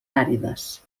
àrides